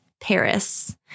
Paris